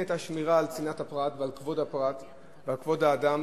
וכן היתה שמירה על צנעת הפרט ועל כבוד הפרט ועל כבוד האדם,